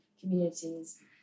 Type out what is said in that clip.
communities